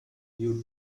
you